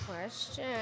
question